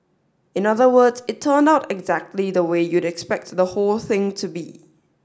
in other words it turned out exactly the way you'd expect the whole thing to be